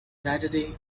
saturday